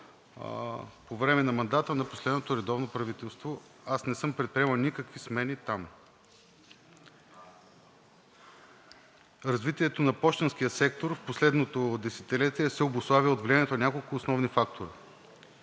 по време на мандата на последното редовно правителство, и не съм предприемал никакви смени там. Развитието на пощенския сектор в последното десетилетие се обуславя от влиянието на няколко основни фактора.